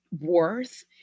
worth